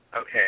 Okay